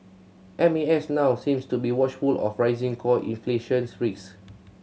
M A S now seems to be watchful of rising core inflation